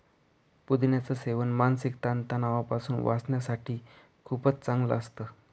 पुदिन्याच सेवन मानसिक ताण तणावापासून वाचण्यासाठी खूपच चांगलं असतं